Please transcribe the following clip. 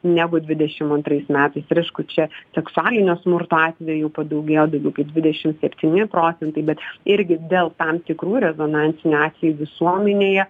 negu dvidešim antrais metais ir aišku čia seksualinio smurto atvejų padaugėjo daugiau kaip dvidešim septyni procentai bet irgi dėl tam tikrų rezonansinių atvejų visuomenėje